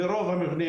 הכל תלוי תכנון,